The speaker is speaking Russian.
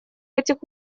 этих